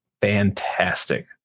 fantastic